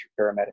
paramedic